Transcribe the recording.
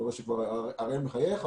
אני רואה שארבל מחייך,